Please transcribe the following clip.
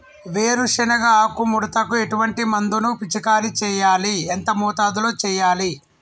వేరుశెనగ ఆకు ముడతకు ఎటువంటి మందును పిచికారీ చెయ్యాలి? ఎంత మోతాదులో చెయ్యాలి?